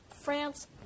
France